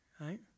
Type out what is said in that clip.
right